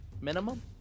minimum